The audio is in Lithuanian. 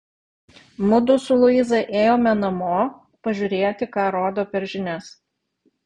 mudu su luiza ėjome namo pažiūrėti ką rodo per žinias